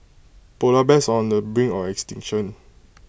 Polar Bears on the brink of extinction